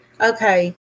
okay